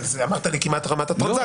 אמרת לי כמעט רמת הטרנסאקציה.